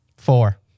Four